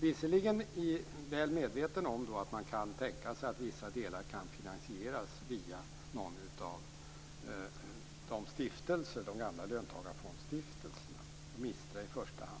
Visserligen är jag väl medveten om att man kan tänka sig att vissa delar kan finansieras via någon av de gamla löntagarfondsstiftelserna, i första hand MISTRA,